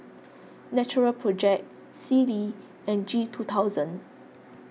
Natural Project Sealy and G two thousand